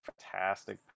fantastic